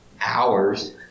hours